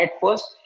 first